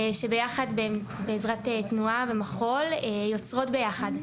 שבעזרת תנועה ומחול יוצרות ביחד,